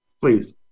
please